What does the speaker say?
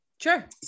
Sure